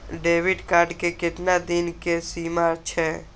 Debit card के केतना दिन के सीमा छै?